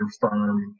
firm